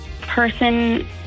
person